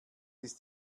ist